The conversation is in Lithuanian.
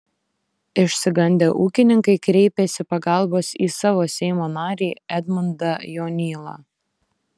išsigandę ūkininkai kreipėsi pagalbos į savo seimo narį edmundą jonylą